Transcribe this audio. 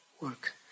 work